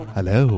Hello